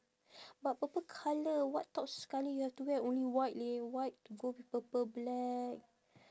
but purple colour what top sekali you have to wear only white leh white go with purple black